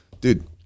Dude